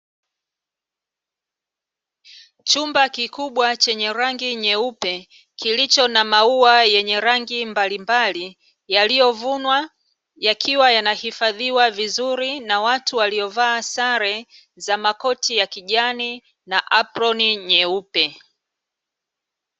Chumba kikubwa chenye rangi nyeupe kilicho na maua yenye rangi mbalimbali yaliyovunwa, yakiwa yanahifadhiwa vizuri na watu waliovaa sare za makoti ya kijani na aproni nyeupe.